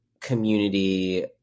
community